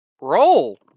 roll